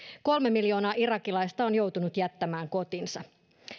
kolme miljoonaa irakilaista on joutunut jättämään kotinsa